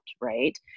right